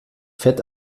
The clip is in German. fett